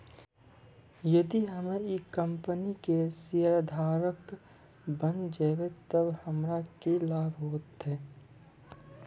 यदि हम्मै ई कंपनी के शेयरधारक बैन जैबै तअ हमरा की लाभ होतै